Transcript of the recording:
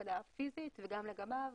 הפקדה פיזית וגם לגביו,